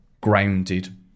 grounded